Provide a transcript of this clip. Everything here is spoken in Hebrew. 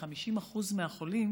ו-50% מהחולים